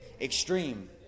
Extreme